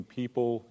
people